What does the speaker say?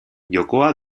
jokoa